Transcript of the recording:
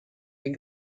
den